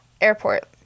Airport